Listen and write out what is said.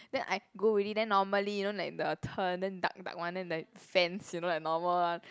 then I go already then normally you know like the turn then dark dark one then the fence you know the normal one